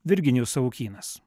virginijus savukynas